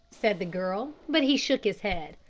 said the girl, but he shook his head.